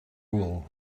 rule